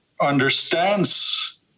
understands